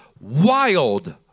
wild